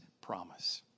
promise